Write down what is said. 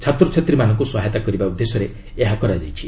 ଛାତ୍ରଛାତ୍ରୀମାନଙ୍କୁ ସହାୟତା କରିବା ଉଦ୍ଦେଶ୍ୟରେ ଏହା କରାଯାଇଛି